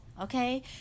okay